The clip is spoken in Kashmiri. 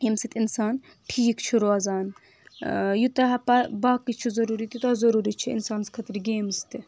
ییٚمہِ سۭتۍ انسان ٹھیٖک چھُ روزان یوٗتاہ ہا پر باقٕے چھُ ضروٗری تیوٗتاہ ضروٗری چھُ انسانس خٲطرٕ گیمٕز تہِ